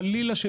חלילה,